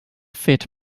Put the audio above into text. fit